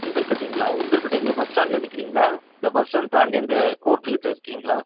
உளுந்தூர்பேட்டைங்களா உளுந்தூர்பேட்டை எங்கே பஸ் ஸ்டாண்டில் நிக்கிறீங்களா இல்லை பஸ் ஸ்டாண்ட் தாண்டி அந்த கோர்ட்டுக்கிட்டே இருக்கீங்களா